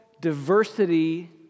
diversity